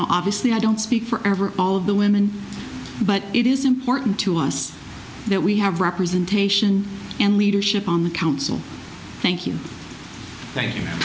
township obviously i don't speak for ever all of the women but it is important to us that we have representation and leadership on the council thank you thank you